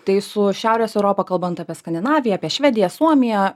tai su šiaurės europa kalbant apie skandinaviją apie švediją suomiją